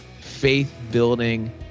faith-building